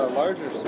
larger